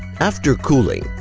after cooling,